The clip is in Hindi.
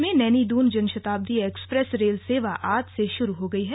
प्रदेश में नैनी दून जनशताब्दी एक्सप्रेस रेल सेवा आज से शुरू हो गई है